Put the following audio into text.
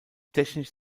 technisch